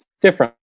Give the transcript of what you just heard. different